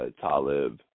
Talib